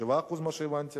והבנתי